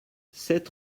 sept